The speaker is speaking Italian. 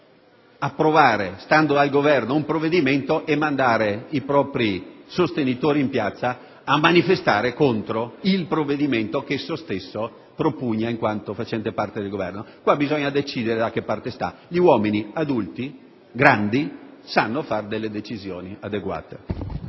si può approvare, stando al Governo, un provvedimento e mandare i propri sostenitori in piazza a manifestare contro il provvedimento che lei stesso propugna, in quanto facente parte del Governo. Bisogna decidere da quale parte stare; gli uomini adulti e grandi sanno prendere delle decisioni adeguate.